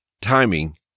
timing